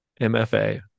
MFA